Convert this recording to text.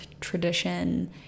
tradition